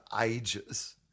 ages